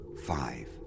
Five